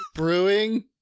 Brewing